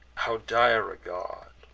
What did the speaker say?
how dire a god,